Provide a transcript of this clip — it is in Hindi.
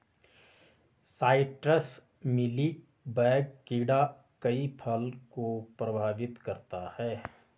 साइट्रस मीली बैग कीड़ा कई फल को प्रभावित करता है